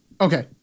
Okay